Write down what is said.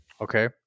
okay